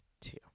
Two